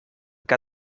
que